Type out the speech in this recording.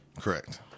Correct